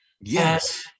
Yes